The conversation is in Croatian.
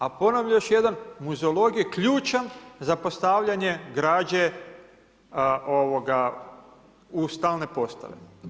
A ponavljam još jednom, muzeolog je ključan za postavljanje građe u stalne postave.